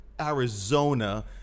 Arizona